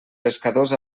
pescadors